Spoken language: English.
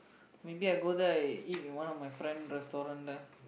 maybe I go there eat at one of my friend restaurant there